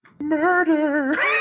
murder